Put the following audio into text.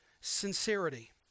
sincerity